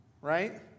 right